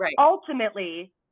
ultimately